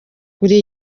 kuri